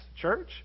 church